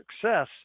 success